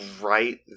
right